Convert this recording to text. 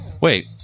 wait